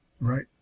Right